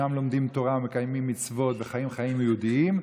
ששם לומדים תורה ומקיימים מצוות וחיים חיים יהודיים,